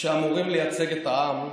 לייצג את העם: